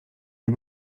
est